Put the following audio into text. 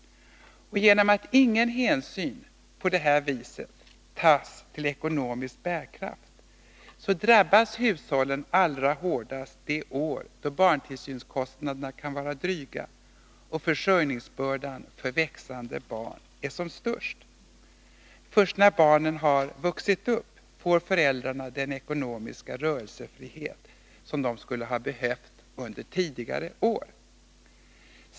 Genom att ingen hänsyn tas till ekonomisk bärkraft drabbas hushållen allra hårdast de år då barntillsynskostnaderna kan vara dryga och försörjningsbördan för växande barn är som störst. Först när barnen har vuxit upp får föräldrarna den ekonomiska rörelsefrihet som de skulle ha behövt under tidigare år.